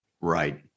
Right